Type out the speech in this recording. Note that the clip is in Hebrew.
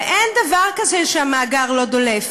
ואין דבר כזה שהמאגר לא דולף,